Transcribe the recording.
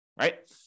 right